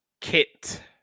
Kit